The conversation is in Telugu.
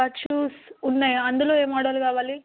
కట్ షూస్ ఉన్నాయి అందులో ఏ మోడల్ కావాలి